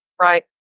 Right